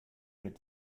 mit